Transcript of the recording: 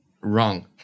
wrong